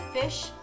fish